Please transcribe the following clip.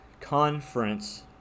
Conference